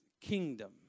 kingdom